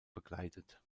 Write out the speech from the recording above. bekleidet